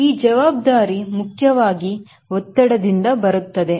ಈ ಜವಾಬ್ದಾರಿ ಮುಖ್ಯವಾಗಿ ಒತ್ತಡದಿಂದ ಬರುತ್ತದೆ